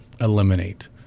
eliminate